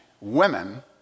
women